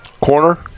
Corner